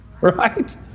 Right